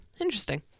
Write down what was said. Interesting